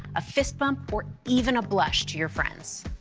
a fist bump or even a blush to your friends.